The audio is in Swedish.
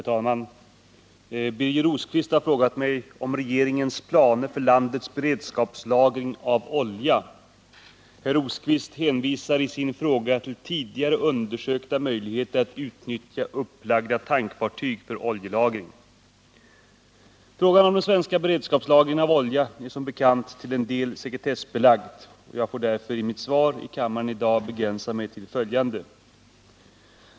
Herr talman! Birger Rosqvist har frågat mig om regeringens planer för landets beredskapslagring av olja. Herr Rosqvist hänvisar i sin fråga till tidigare undersökta möjligheter att utnyttja upplagda tankfartyg för oljelagring. Frågan om den svenska beredskapslagringen av olja är som bekant till en del sekretessbelagd. Jag får därför i mitt svar i kammaren i dag begränsa mig till följande.